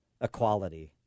equality